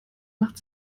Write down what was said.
macht